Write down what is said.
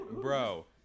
Bro